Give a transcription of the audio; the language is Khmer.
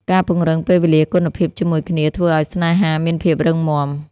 ការពង្រឹងពេលវេលាគុណភាពជាមួយគ្នាធ្វើឱ្យស្នេហាមានភាពរឹងមាំ។